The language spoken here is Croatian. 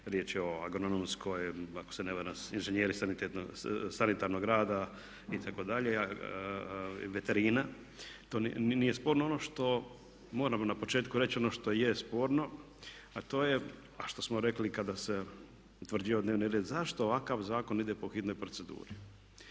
Riječ je o agronomskoj, ako ne varam inženjeri sanitarnog rada itd., veterina. To nije sporno. Ono što moram na početku reći ono što je sporno, a to je što smo rekli kada se utvrđivao dnevni red zašto ovakav zakon ide po hitnoj proceduri?